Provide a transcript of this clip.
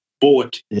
bought